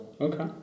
Okay